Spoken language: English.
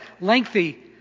lengthy